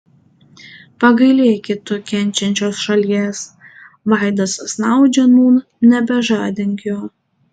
pagailėki tu kenčiančios šalies vaidas snaudžia nūn nebežadink jo